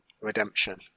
Redemption